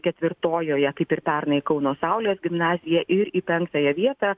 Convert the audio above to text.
ketvirtojoje kaip ir pernai kauno saulės gimnazija ir į penktąją vietą